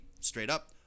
straight-up